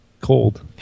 cold